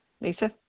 Lisa